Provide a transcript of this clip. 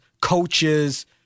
coaches